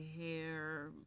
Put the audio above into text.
hair